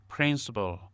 Principle